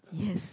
yes